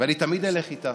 ואני תמיד אלך איתה,